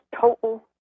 total